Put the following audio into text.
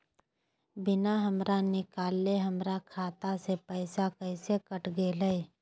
बिना हमरा निकालले, हमर खाता से पैसा कैसे कट गेलई?